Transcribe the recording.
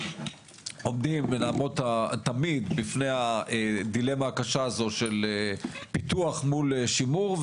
עומדים ונעמוד בפני הדילמה הקשה הזו של פיתוח מול שימור,